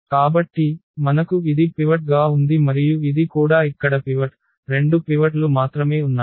కాబట్టి మనకు ఇది పివట్ గా ఉంది మరియు ఇది కూడా ఇక్కడ పివట్ రెండు పివట్ లు మాత్రమే ఉన్నాయి